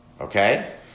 Okay